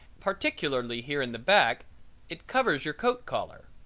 particularly here in the back it covers your coat collar.